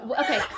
okay